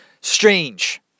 Strange